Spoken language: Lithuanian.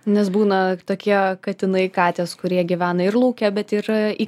nes būna tokie katinai katės kurie gyvena ir lauke bet yra į